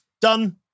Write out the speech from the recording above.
done